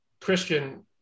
Christian